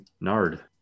Nard